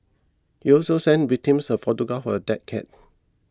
he also sent victims a photograph for a dead cat